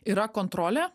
yra kontrolė